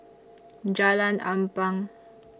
Jalan Ampang